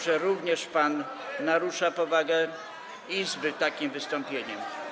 że również pan narusza powagę Izby takim wystąpieniem.